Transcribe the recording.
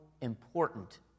important